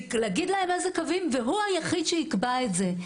להגיד להם איזה קווים והוא היחיד שיקבע את זה.